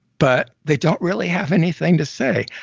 but they don't really have anything to say.